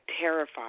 terrified